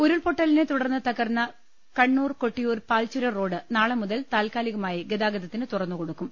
ഉരുൾപൊട്ടലിനെത്തുടർന്ന് തകർന്ന കണ്ണൂർ കൊട്ടിയൂർ പാൽചുരം റോഡ് നാളെ മുതൽ താൽക്കാലികമായി ഗ്രതാഗതത്തിന് തുറ ന്നുകൊടുക്കും